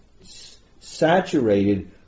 saturated